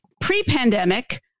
Pre-pandemic